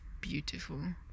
beautiful